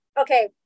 okay